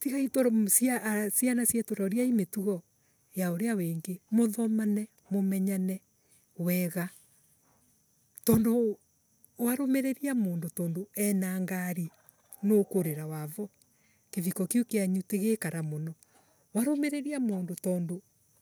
Tigai turu Ciana ciana cietu roriai mitugo ya uria wingi. Muthomane mumenyane wega. Tondu warumiriria mundu tondu ena ngari niukurira wavo. kiviko kiu kienu tigikara muno. Warumiriria mundu tondu.